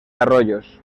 arroyos